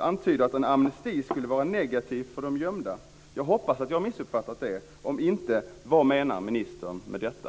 antyder att en amnesti skulle vara negativ för de gömda. Jag hoppas att jag har missuppfattat det. Om inte: Vad menar ministern med detta?